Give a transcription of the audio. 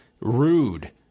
rude